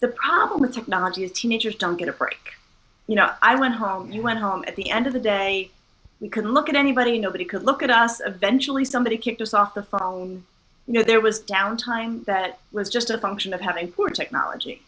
the problem with technology is teenagers don't get it for you know i went home you went home at the end of the day we could look at anybody nobody could look at us eventually somebody kicked us off the fall and you know there was downtime that was just a function of having more technology